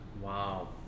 Wow